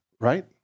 right